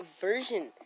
version